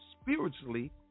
spiritually